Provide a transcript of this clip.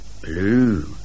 Blue